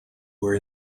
were